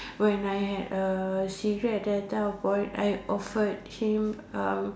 when I had a cigarette at that time of point I offered him uh